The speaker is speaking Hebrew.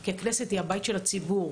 כי הכנסת היא הבית של הציבור,